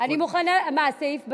אני מבקשת ממך לסיים.